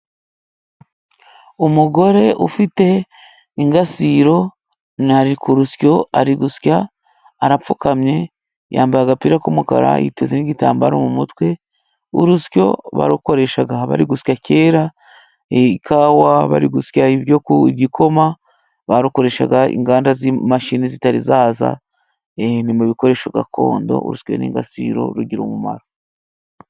Umugore ufite ingasire ari ku urusyo， ari gusya arapfukamye yambaye agapira k'umukara， yiteze nk igiigitambaro mu mutwe w'urusyo barukoreshaga bari gusya kera ikawa bari gusya ibyo ku gikoma barukoreshaga inganda z'imashini zitari zaza i mu bikoresho gakondo uswe n'ingasiro rugira umumaro.